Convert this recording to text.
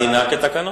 דינה כתקנון.